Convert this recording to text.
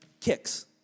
kicks